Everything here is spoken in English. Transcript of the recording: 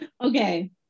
Okay